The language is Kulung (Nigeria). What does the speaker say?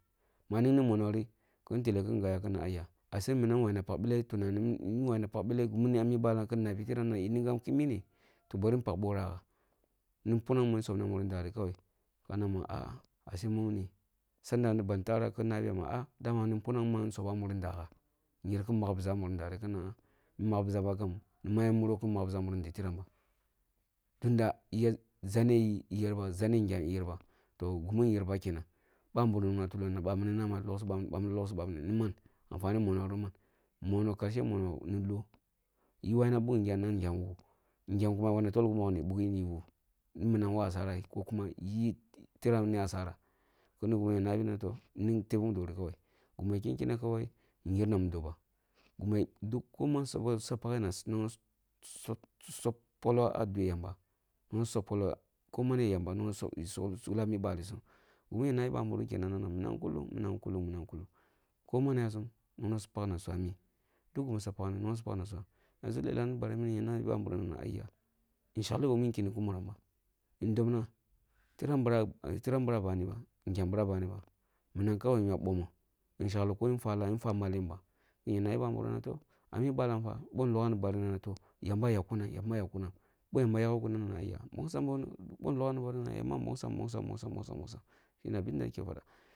Maning-ni monoti kin teleh ya gabya kina aya ace minam wawi npak-bele tunani nn wawi gimini ami balam kin-nnabi tiram kinim-gam kimi-ne toh bari-npak borah-ah mur punang soboh a’muri ndarì. kawai kana a’ah ace mummuni sanda ban tarah kin-nabiya, a’ah dama ni punang ri ya sobah’a muri nda-gha in yer kīn magbiza’a muri inda-gha ʒri kīna’a n’magbiza kam nmma ya muro kin mag biza a’ndeh tiram tundo zane yi yerba zane ngyam yer ba toh gumue yerba kenan ɓa’ nburum nn-gha tumi mi bamun ma bari lokci ɓami ni, bari lokci ɓami ni niman amfani monori man mono-mar cen mono ni loh. Yi wayina ɓog ngem na ngem woo, ngyam kuma yi wayina tol gu mogoh ni bughi ni woo, ni minam wo agara ai ko kuma yi yiram ni asara kinaa bi ma wo ning tebeh mudo ri kawai, gumu ken-kene kawai, nyer na mudo bah koni man suya pog-pageh na su nona sub-sub poloh a dweh yamba suno-no sub poloh koni man niye yamba, su nono sub, sub poloh koni man niye yamba sunono sug-lah balisum gyimi nya naabi ɓa-nburum kenan, minam ni mun kulung, mīnam ni mun kulung ko ni man yasun su’no na pag nasuwa ami dug-gimi su pagni su nona pag nasuwa ami’mi yanzu lelah mini bari mini nya nabi ɓa’nburum na ayya ishagle bamu nkeni kun molong ba, ndomna tiram bira bani ba ngyam bira bani ba minam kawai nya ɓoni in shagle ko nfwa lah ko nfwa mallen, ba nya nabi bah-mogoh na toh, ami balam fa boh nlog’am ni bari. to na yamba nbon gsam, nbogsam nbongsam shine abinda ake fada.